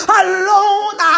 alone